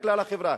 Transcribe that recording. לכלל החברה.